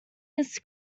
his